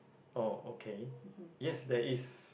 oh okay yes there is